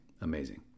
amazing